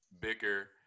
bicker